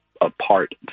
apart